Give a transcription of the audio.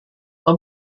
tom